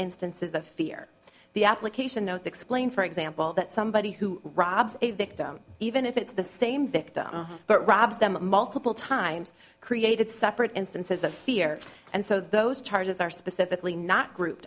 instances of fear the application notes explain for example that somebody who robs a victim even if it's the same victim but robs them multiple times created separate instances of fear and so those charges are specifically not group